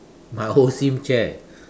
my OSIM chair